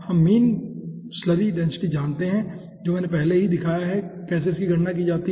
हम mean slurry density जानते हैं जो मैंने आपको पहले ही दिखाया है कि कैसे इसकी गणना की जाती है